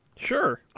Sure